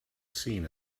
seen